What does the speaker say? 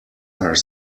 are